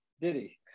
diddy